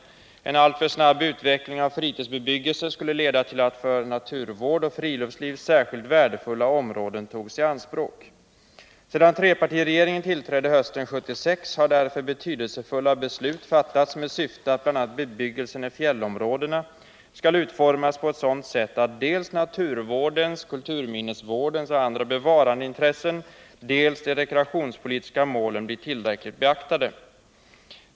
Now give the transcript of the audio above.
En alltför snabb utveckling av fritidsbebyggelse skulle leda till att för naturvård och friluftsliv särskilt värdefulla områden togs i anspråk. Sedan trepartiregeringen tillträdde hösten 1976 har därför betydelsefulla beslut fattats med syfte att bl.a. bebyggelsen i fjällområdena skall utformas på ett sådant sätt att dels naturvårdens, kulturminnesvårdens och andra bevarandeintressen, dels de rekreationspolitiska målen blir tillräckligt beaktade.